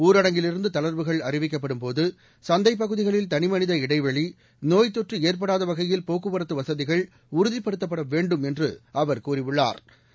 ஊரடங்கிலிருந்து தளர்வுகள் அறிவிக்கப்படும் போது சந்தை பகுதிகளில் தனிமனித இடைவெளி நோய்த்தொற்று ஏற்படாத வகையில் போக்குவரத்து வசதிகள் உறுதிப்படுத்தப்பட வேண்டும் என்று அவர் கூறியுள்ளா்